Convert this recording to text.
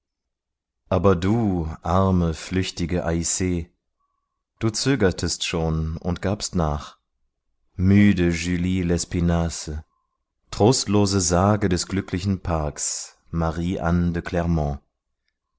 aber du arme flüchtige ass du zögertest schon und gabst nach müde julie lespinasse trostlose sage des glücklichen parks